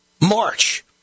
March